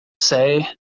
say